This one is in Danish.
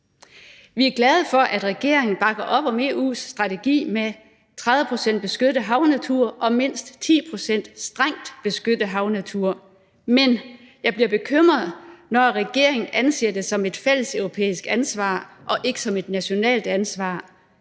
Vi er glade for, at regeringen bakker op om EU's strategi med 30 pct. beskyttet havnatur og mindst 10 pct. strengt beskyttet havnatur, men jeg bliver bekymret, når regeringen anser det som et fælleseuropæisk ansvar og ikke som et nationalt ansvar.